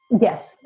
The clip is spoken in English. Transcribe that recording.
Yes